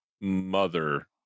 mother